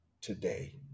today